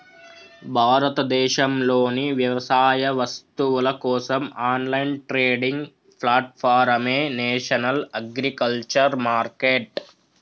భారతదేశంలోని వ్యవసాయ వస్తువుల కోసం ఆన్లైన్ ట్రేడింగ్ ప్లాట్ఫారమే నేషనల్ అగ్రికల్చర్ మార్కెట్